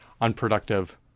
unproductive